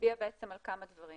הצביעה על כמה דברים.